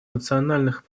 национальных